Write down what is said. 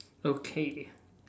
okay